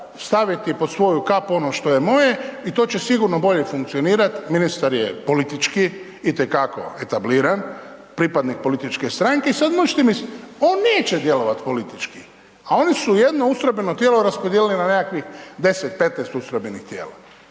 staviti pod svoju kapu, ono što je moje i to će sigurno bolje funkcionirati, ministar je politički, itekako etabliran pripadnik političke stranke i sada možete misliti, on neće djelovati politički. A oni su jedno ustrojbeno tijelo raspodijelili na nekakvih 10, 15 ustrojbenih tijela,